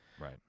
right